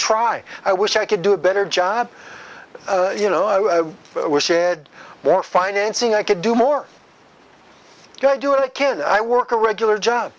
try i wish i could do a better job you know i was shed more financing i could do more i do it can i work a regular job